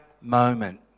moment